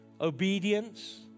obedience